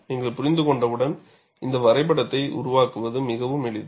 நீங்கள் புரிந்து கொண்டவுடன் இந்த வரைபடத்தை உருவாக்குவது மிகவும் எளிது